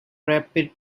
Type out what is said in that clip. rapid